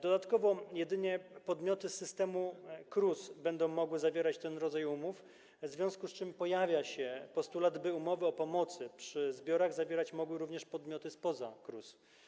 Dodatkowo jedynie podmioty systemu KRUS będą mogły zawierać ten rodzaj umów, w związku z czym pojawia się postulat, by umowy o pomocy przy zbiorach zawierać mogły również podmioty spoza KRUS.